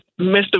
Mr